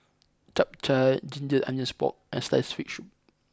Chap Chai Ginger Onions Pork and Sliced Fish Soup